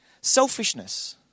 Selfishness